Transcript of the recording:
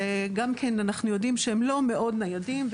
שגם כן אנחנו יודעים שהם לא מאוד ניידים,